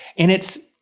and it's,